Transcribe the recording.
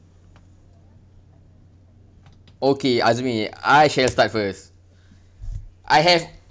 okay azmi I can start first I have